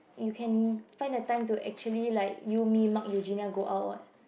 you can find a time to actually like you me Mark Euginia go out [what]